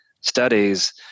studies